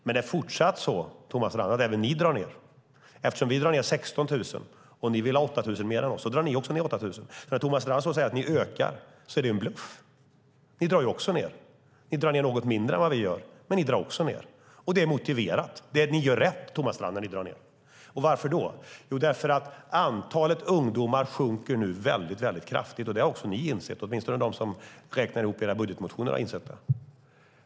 Men det är fortsatt så, Thomas Strand, att även ni drar ned. Eftersom vi drar ned 16 000 och ni vill ha 8 000 fler än vi drar ni också ned 8 000. Thomas Strand säger att ni ökar. Det är en bluff. Ni drar ju också ned. Ni drar ned något mindre än vad vi gör, men ni drar också ned, och det är motiverat. Ni gör rätt, Thomas Strand, när ni drar ned. Varför då? Jo, antalet ungdomar sjunker nu väldigt kraftigt, och det har också ni insett - det har åtminstone de som räknar ihop era budgetmotioner insett.